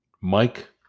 Mike